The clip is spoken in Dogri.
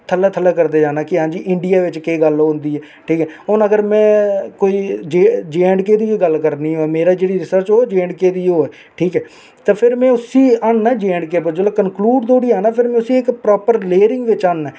थल्लै थल्लै करदे जाना कि हां जी इंडिया बिच्च केह् गल्ल होंदी ऐ ठीक ऐ हून अगर में कोई जे जे ऐंड के दी गै गल्ल करनी ऐ मेरी जेह्ड़ी रिसर्च ओह् जे ऐंड के दी होऐ ठीक ऐ ते फिर में उसी आहनना जे ऐंड के पर जिसलै में कंकलूड धोड़ी आन फिर में उसी इक प्रापर लेयरिंग बिच्च आह्नना ऐ